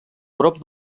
prop